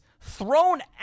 thrown